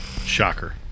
Shocker